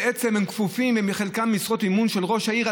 בעצם הם כפופים, הם בחלקם משרות אמון של ראש העיר.